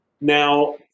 Now